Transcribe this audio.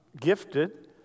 gifted